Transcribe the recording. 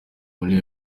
muri